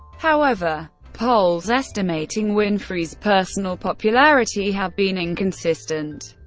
however, polls estimating winfrey's personal popularity have been inconsistent.